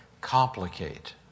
complicate